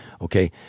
Okay